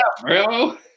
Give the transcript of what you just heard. bro